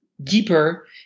deeper